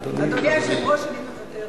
היושב-ראש, אני מוותרת.